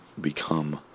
become